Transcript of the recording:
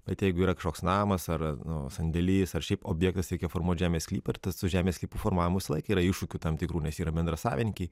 bet jeigu yra kažkoks namas ar ar nu sandėlys ar šiaip objektas reikia formuot žemės sklypą su žemės sklypo formavimu visą laiką yra iššūkių tam tikrų nes yra bendrasavininkiai